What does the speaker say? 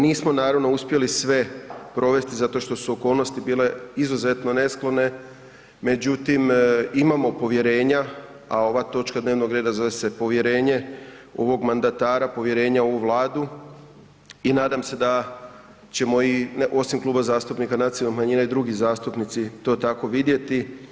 Nismo naravno uspjeli sve provesti zato što su okolnosti bile izuzetne nesklone, međutim imamo povjerenja, a ova točka dnevnog reda zove se povjerenje ovog mandatara, povjerenje u ovu Vladu i nadam se da ćemo osim Kluba zastupnika nacionalnih manjina i drugi zastupnici to tako vidjeti.